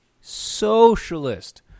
socialist